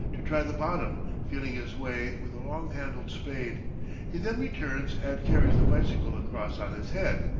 to try the bottom, feeling his way with a long-handled spade he then returns and carries the bicycle across on his head,